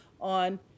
on